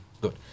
Good